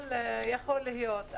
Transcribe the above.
יכול להיות.